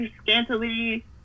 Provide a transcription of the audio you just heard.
scantily